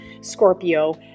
Scorpio